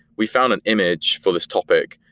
we found an image for this topic.